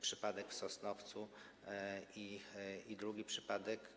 Przypadek w Sosnowcu i drugi przypadek.